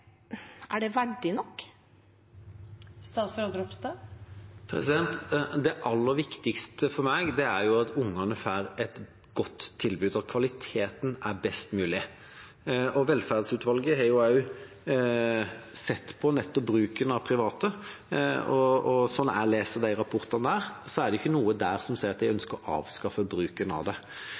er det verdig nok? Det aller viktigste for meg er at ungene får et godt tilbud, og at kvaliteten er best mulig. Velferdstjenesteutvalget har sett på nettopp bruken av private, og slik jeg leser de rapportene, er det ikke noe der som sier at de ønsker å avskaffe bruken av det.